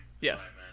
Yes